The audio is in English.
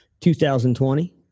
2020